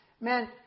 man